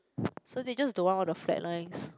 so they just don't want all the flat lines